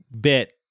bit